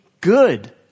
good